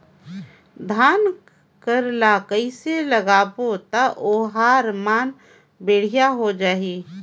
धान कर ला कइसे लगाबो ता ओहार मान बेडिया होही?